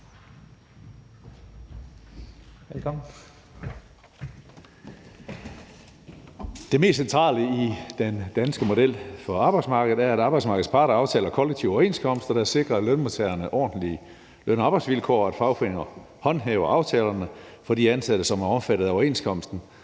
Det mest centrale i den danske model for arbejdsmarkedet er, at arbejdsmarkedets parter aftaler kollektive overenskomster, der sikrer lønmodtagerne ordentlige løn- og arbejdsvilkår, og at fagforeningerne håndhæver aftalerne for de ansatte, som er omfattet af overenskomsten.